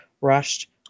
rushed